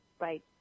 right